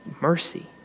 mercy